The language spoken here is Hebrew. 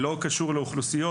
לא קשור לאוכלוסיות,